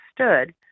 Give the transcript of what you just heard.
stood